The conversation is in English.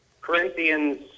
Corinthians